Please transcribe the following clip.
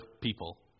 people